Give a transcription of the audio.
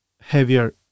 heavier